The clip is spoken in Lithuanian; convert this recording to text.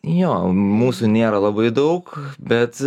jo mūsų nėra labai daug bet